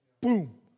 Boom